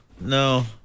no